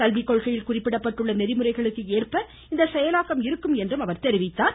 கல்வி கொள்கையில் குறிப்பிடப்பட்டுள்ள நெறிமுறைகளுக்கு ஏற்ப இந்த செயலாக்கம் இருக்கும் என்றும் அவர் கூறினார்